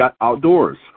outdoors